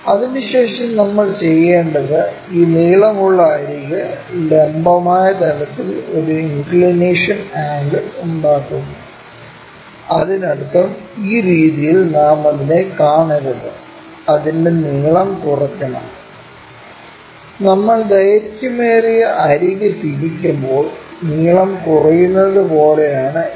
അതിനുശേഷം നമ്മൾ ചെയ്യേണ്ടത് ഈ നീളമുള്ള അരിക് ലംബമായ തലത്തിൽ ഒരു ഇൻക്ക്ളിനേഷൻ ആംഗിൾ ഉണ്ടാക്കുന്നു അതിനർത്ഥം ഈ രീതിയിൽ നാം അതിനെ കാണരുത് അതിന്റെ നീളം കുറയ്ക്കണം നമ്മൾ ദൈർഘ്യമേറിയ അരിക് തിരിക്കുമ്പോൾ നീളം കുറയുന്നത് പോലെയാണ് ഇത്